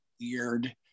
weird